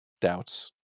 doubts